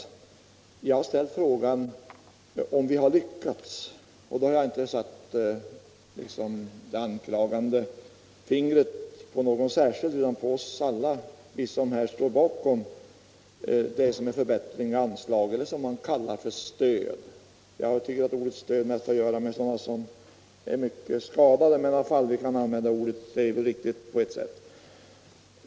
När jag har ställt frågan om vi har lyckats har jag inte lagt ett anklagande finger på någon särskild utan på oss alla, vi som står bakom förbättringarna av anslaget — det som man kallar för stöd. Jag tycker att ordet ”stöd” mest har att göra med sådana som är mycket skadade, men vi kan använda ordet här — det är väl riktigt på ett sätt.